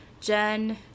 Jen